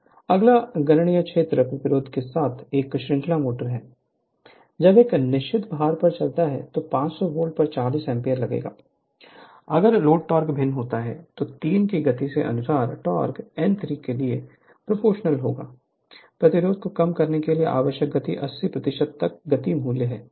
Refer Slide Time 1911 अगला नगण्य क्षेत्र प्रतिरोध के साथ एक श्रृंखला मोटर है जब एक निश्चित भार पर चलाने पर 500 वोल्ट पर 40 एम्पीयर लगते हैं अगर लोड टोक़ भिन्न होता है तो 3 की गति के अनुसार टोक़ n3 3 के लिए प्रोपोर्शनल है प्रतिरोध को कम करने के लिए आवश्यक गति 80 तक गति मूल मूल्य है